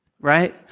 right